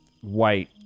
white